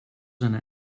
einer